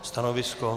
Stanovisko?